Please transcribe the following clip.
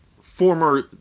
Former